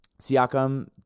Siakam